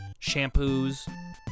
shampoos